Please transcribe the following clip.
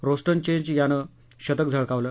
Roston Chase यानं शतक झळकावलं